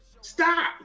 Stop